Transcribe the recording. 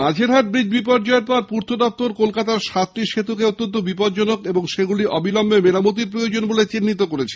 Majerhat bridge বিপর্যয়ের পর পূর্ত দফতর কলকাতার সাতটি সেতুকে অত্যন্ত বিপজ্জনক এবং সেগুলির অবিলম্বে মেরামতির প্রয়োজন বলে মনে করছে